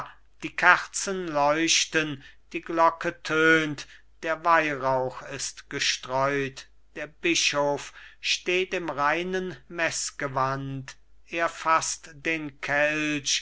die kerzen leuchten die glocke tönt der weihrauch ist gestreut der bischof steht im reinen meßgewand er faßt den kelch